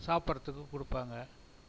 சாப்புடறத்துக்கு கொடுப்பாங்க